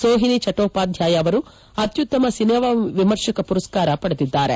ಸೋಹಿನಿ ಚಟ್ಟೋಪಾಧ್ಯಾಯ ಅವರು ಅತ್ಯುತ್ತಮ ಸಿನಿಮಾ ವಿಮರ್ಶಕ ಪುರಸ್ಕಾರ ಪಡೆದಿದ್ದಾರೆ